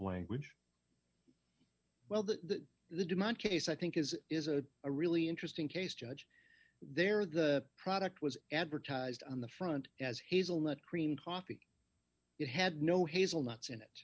language well that they did not case i think is is a a really interesting case judge there the product was advertised on the front as hazelnut cream coffee it had no hazelnuts in it